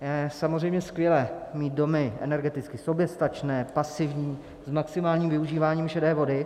Je samozřejmě skvělé mít domy energeticky soběstačné, pasivní, s maximálním využíváním šedé vody.